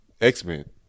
x-men